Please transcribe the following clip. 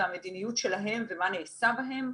על המדיניות שלהן ומה נעשה בהן.